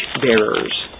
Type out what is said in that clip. bearers